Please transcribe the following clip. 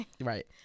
right